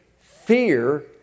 fear